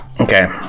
Okay